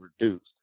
reduced